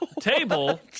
table